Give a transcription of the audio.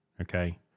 Okay